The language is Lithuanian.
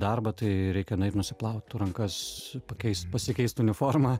darbą tai reikia nueit nusiplaut rankas pakeist pasikeist uniformą